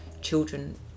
children